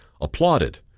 applauded